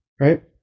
Right